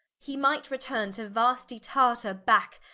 he might returne to vastie tartar backe,